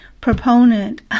proponent